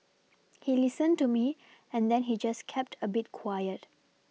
he listened to me and then he just kept a bit quiet